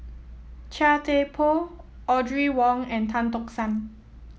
Chia Thye Poh Audrey Wong and Tan Tock San